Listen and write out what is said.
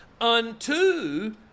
unto